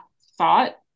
thought